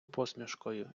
посмішкою